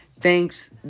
thanks